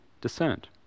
discerned